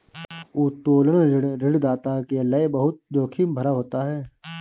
उत्तोलन ऋण ऋणदाता के लये बहुत जोखिम भरा होता है